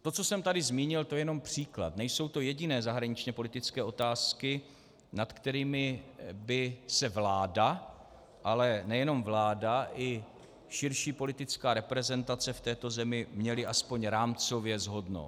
To, co jsem tady zmínil, to je jenom příklad, nejsou to jediné zahraničněpolitické otázky, nad kterými by se vláda, ale nejenom vláda, i širší politická reprezentace v této zemi měly aspoň rámcově shodnout.